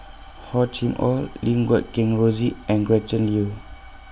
Hor Chim Or Lim Guat Kheng Rosie and Gretchen Liu